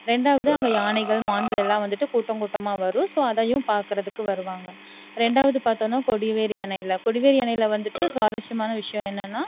ரெண்டாவது அங்கே யானைகள் மான்கள் எல்லா வந்துவிட்டு கூட்டம் கூட்டமாக வரும் ஸோ அதையும் பார்க்கறதுக்கு வருவாங்க ரெண்டாவது பார்த்தோன்னா கொடிவேரி அணையில் கொடிவேரி அணையில் வந்துவிட்டு சுவாரசியமான விஷயோம் என்னன்னா